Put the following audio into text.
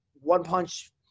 one-punch